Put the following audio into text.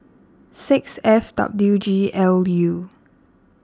six F W G L U